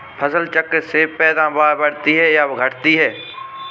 फसल चक्र से पैदावारी बढ़ती है या घटती है?